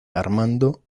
armando